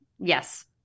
Yes